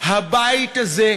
הבית הזה,